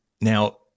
Now